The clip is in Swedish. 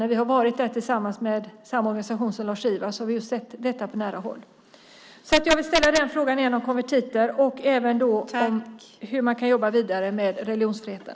När vi har varit där tillsammans med samma organisation som Lars-Ivar har vi sett detta på nära håll. Jag ställer frågan om konvertiter igen och frågar också hur man kan jobba vidare med religionsfriheten.